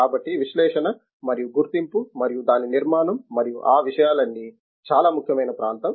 కాబట్టి విశ్లేషణ మరియు గుర్తింపు మరియు దాని నిర్మాణం మరియు ఆ విషయాలన్నీ చాలా ముఖ్యమైన ప్రాంతం